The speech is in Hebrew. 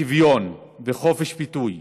שוויון וחופש ביטוי,